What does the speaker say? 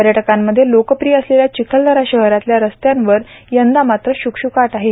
पर्यटकांमध्ये लोकप्रिय असलेल्या चिखलदरा शहरातल्या रस्त्यांवर यंदा मात्र शुकशुकाट आहे